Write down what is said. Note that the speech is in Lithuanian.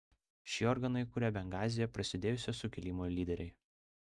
šį organą įkūrė bengazyje prasidėjusio sukilimo lyderiai